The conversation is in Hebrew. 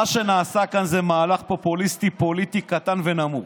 מה שנעשה כאן זה מהלך פופוליסטי פוליטי קטן ונמוך,